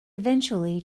eventually